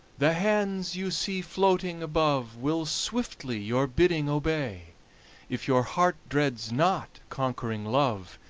the hands you see floating above will swiftly your bidding obey if your heart dreads not conquering love,